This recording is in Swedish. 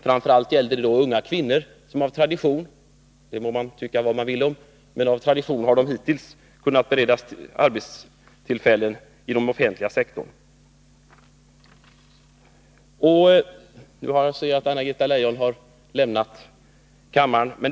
Framför allt gällde det unga kvinnor, som av tradition — det må man tycka vad man vill om — hittills har kunnat beredas arbetstillfällen i den offentliga sektorn. Nu ser jag att Anna-Greta Leijon har lämnat kammaren.